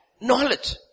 knowledge